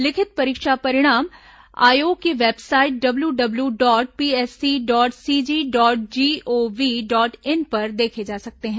लिखित परीक्षा परिणाम आयोग की website W W W dot PSC dot CG dot GOV dot in पर देखे जा सकते हैं